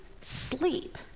sleep